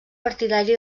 partidari